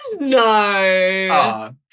No